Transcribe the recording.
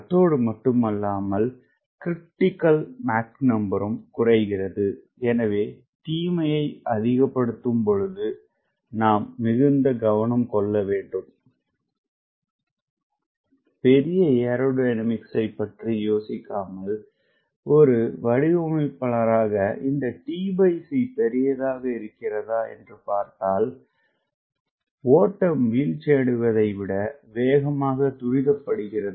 அத்தோடு மட்டுமல்லாமல்MCRரும் குறைகிறதுஎனவே தீமையை அதிகப்படுத்தும் பொழுது நாம் மிகுந்த கவனம் கொள்ள வேண்டும் பெரிய ஏரோடைனமிக்ஸைப் பற்றி யோசிக்காமல் ஒரு வடிவமைப்பாளராக இந்த tc பெரிதாக இருக்கிறதா என்று பார்த்தால் ஓட்டம் வீழ்ச்சியடைவதை விட வேகமாக துரிதப்படுத்துகிறது